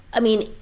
i mean,